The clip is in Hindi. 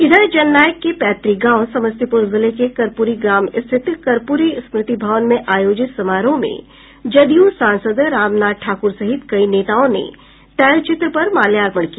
इधर जननायक के पैतृक गांव समस्तीपुर जिले के कर्पूरी ग्राम स्थित कर्पूरी स्मृति भवन में आयोजित समारोह में जदयू सांसद रामनाथ ठाकूर सहित कई नेताओंने तैलचित्र पर माल्यार्पण किया